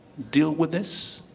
deal with this?